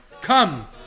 Come